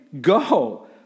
Go